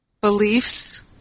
beliefs